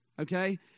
Okay